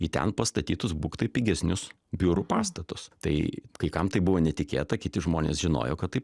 į ten pastatytus būk tai pigesnius biurų pastatus tai kai kam tai buvo netikėta kiti žmonės žinojo kad taip